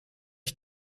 ich